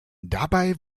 dabei